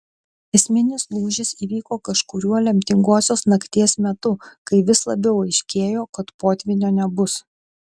esminis lūžis įvyko kažkuriuo lemtingosios nakties metu kai vis labiau aiškėjo kad potvynio nebus